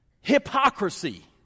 Hypocrisy